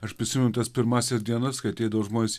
aš prisimenu tas pirmąsias dienas kai ateidavo žmonės